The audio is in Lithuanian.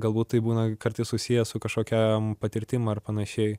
galbūt tai būna kartais susiję su kažkokia patirtim ar panašiai